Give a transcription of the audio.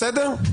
בסדר?